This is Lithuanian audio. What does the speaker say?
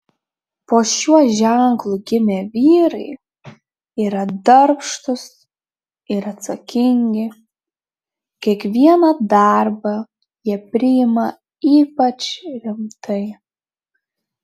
po šiuo ženklu gimę vyrai yra darbštūs ir atsakingi kiekvieną darbą jie priima ypač rimtai